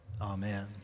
Amen